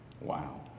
Wow